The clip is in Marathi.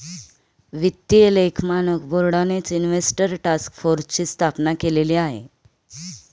वित्तीय लेख मानक बोर्डानेच इन्व्हेस्टर टास्क फोर्सची स्थापना केलेली आहे